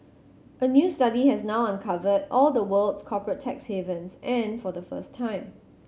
a new study has now uncovered all the world's corporate tax havens and for the first time